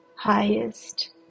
highest